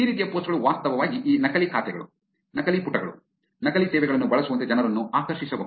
ಈ ರೀತಿಯ ಪೋಸ್ಟ್ ಗಳು ವಾಸ್ತವವಾಗಿ ಈ ನಕಲಿ ಖಾತೆಗಳು ನಕಲಿ ಪುಟಗಳು ನಕಲಿ ಸೇವೆಗಳನ್ನು ಬಳಸುವಂತೆ ಜನರನ್ನು ಆಕರ್ಷಿಸಬಹುದು